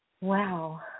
Wow